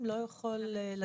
מאז שאני בנציבות,